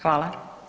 Hvala.